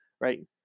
right